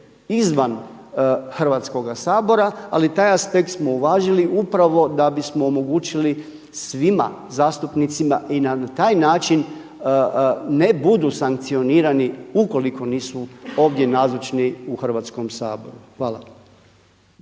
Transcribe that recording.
izvan Hrvatskoga sabora, ali taj aspekt smo uvažili upravo da bismo omogućili svima zastupnicima i na taj način ne budu sankcionirani ukoliko nisu ovdje nazočni u Hrvatskom saboru. Hvala.